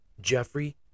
Jeffrey